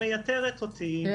אני